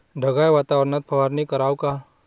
ढगाळ वातावरनात फवारनी कराव का?